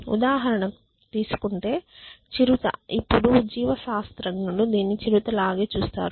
ఉదాహరణకు తీసుకుంటే చిరుత ఇప్పుడు జీవశాస్త్రజ్ఞుడు దీనిని చిరుత లాగే చూస్తారు